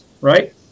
right